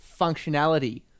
functionality